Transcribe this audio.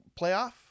playoff